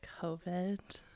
covid